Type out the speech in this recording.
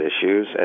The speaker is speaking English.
issues